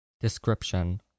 Description